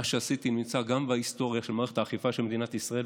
מה שעשיתי נמצא גם בהיסטוריה של מערכת האכיפה של מדינת ישראל,